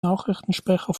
nachrichtensprecher